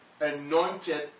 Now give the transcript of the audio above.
anointed